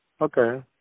Okay